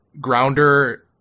Grounder